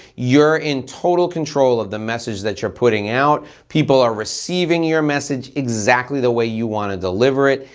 you're in total control of the message that you're putting out. people are receiving your message exactly the way you wanna deliver it.